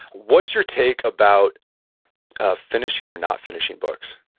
what's your take about ah finishing or not finishing books?